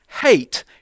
hate